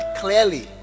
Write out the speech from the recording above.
clearly